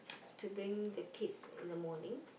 to bring the kids in the morning